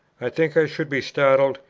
i think i should be startled,